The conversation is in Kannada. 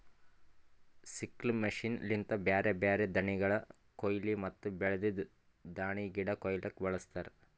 ಸಿಕ್ಲ್ ಮಷೀನ್ ಲಿಂತ ಬ್ಯಾರೆ ಬ್ಯಾರೆ ದಾಣಿಗಳ ಕೋಯ್ಲಿ ಮತ್ತ ಬೆಳ್ದಿದ್ ದಾಣಿಗಿಡ ಕೊಯ್ಲುಕ್ ಬಳಸ್ತಾರ್